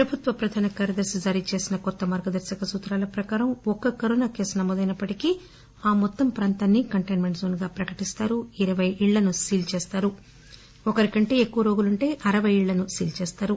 ప్రభుత్వ ప్రధాన కార్యదర్శి ఆర్ కె తివారీ జారీ చేసిన కొత్త మార్గదర్శక సూత్రాల ప్రకారం ఒక్క కరోనా కేసు నమోదు అయినప్పటికీ ఆ మొత్తం ప్రాంతాన్ని కంటెన్టెంట్ జోన్గా ప్రకటిస్తారు ఇరపై ఇళ్లను సీల్ చేస్తారు ఒకరి కంటే ఎక్కువ రోగులుంటే అరవై ఇళ్ళను సీల్ చేయాలని ఆదేశించారు